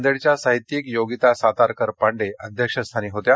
नांदेडच्या साहित्यीक योगीता सातारकर पांडे अध्यक्षस्थानी होत्या